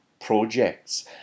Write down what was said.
projects